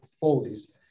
folies